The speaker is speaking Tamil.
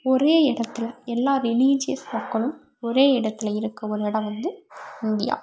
ஒரே இடத்துல எல்லா ரிலீஜியஸ் மக்களும் ஒரே இடத்துல இருக்கற ஒரு இடம் வந்து இந்தியா